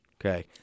Okay